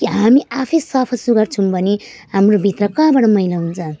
के हामी आफै सफा सुग्घर छौँ भने हाम्रो भित्र कहाँबाट मैला हुन्छ